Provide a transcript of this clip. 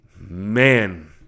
man